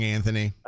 Anthony